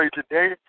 today